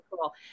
cool